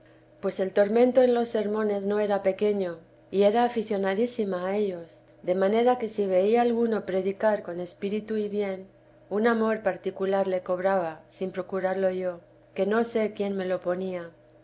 pues el tormento en los sermones no era pequeño y era aficionadísima a ellos de manera que si veía alguno predicar con espíritu y bien un amor particular le cobraba sin procurarlo yo que no sé quién me lo ponía